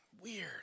Weird